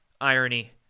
irony